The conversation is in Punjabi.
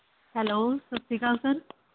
ਹੈਲੋ ਸਤਿ ਸ਼੍ਰੀ ਅਕਾਲ ਸਰ